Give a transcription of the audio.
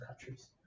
countries